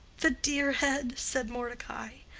the dear head! said mordecai,